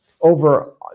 over